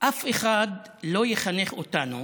אף אחד לא יחנך אותנו